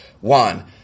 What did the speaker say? one